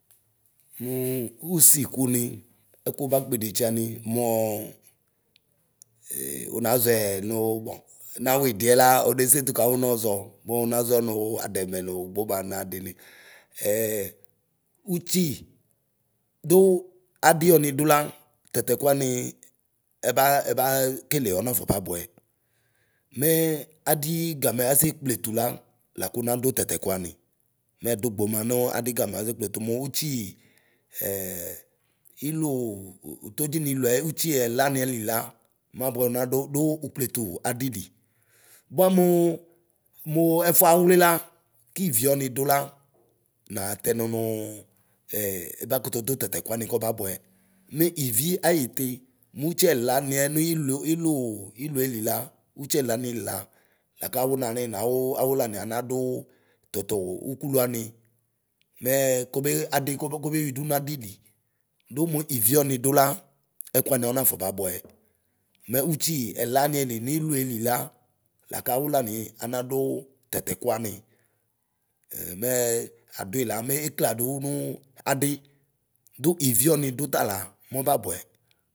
Muu usikuni, ɛkuɔba kpidetsiani nuɔɔ unaʒɔɛ nuu bɔ nawidiɛ la onesetu kawu nɔʒɔ; mu unaʒɔ nu adɛmɛ nu gboma naadini. utsi du adi ɔnidu la, tatɛkuani ɛbaa ɛba kele ɔna fɔ babʋɛ. Mɛɛ adii gamɛ ase kpletu la lakuna du tatɛkuani mɛadu gboma nuu adigamɛ adukpetu mu utsii. Ilʋʋ utodʒi niluɛ utsiɛ laniɛ li la, mabuɛ nadu duu upkletu adili. Bua muu, mu ɛfuawli la kivi ɔnidu la naa tɛnu, ɛba kutudu takɛkuani kɔbabɛ. Me ivi ayiti mutsiɛlani nilu iluu iluelila utsiɛlaniɛ lila la kaωu nani naωuu awlani anaduu tutu ukulu ani mɛɛ kobe adii kobe kobeyuidu nu adili du mu ivi ɔnidu la, ɛkuani ɔnafɔ babuɛ. Mɛ utsi ɛlaniɛ li nilueli la kawulani anaduu tatɛkuwani. mɛɛ aduila me ekladu nu adi, ɖu ivi ɔniɖu ta la mobabʋɛ.